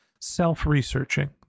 self-researching